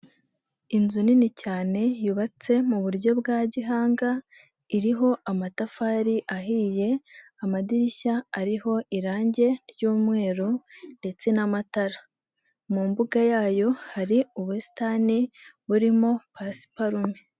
Inzu nini cyane yubatse mu buryo bwa gihanga, iriho amatafari ahiye, amadirishya ariho irange, ry'umweru, ndetse n'amatara. Mu mbuga yayo hari ubusitani, burimo pasuparume.